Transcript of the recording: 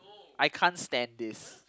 I can't stand this